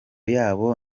yabo